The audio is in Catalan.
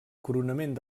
coronament